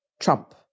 Trump